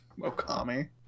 okami